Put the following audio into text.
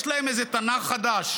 יש להם איזה תנ"ך חדש.